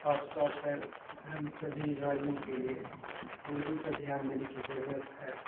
خاص طور پہ ہم سبھی بھائیوں کے لیے اردو پہ دھیان دینے کی ضرورت ہے